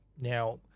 Now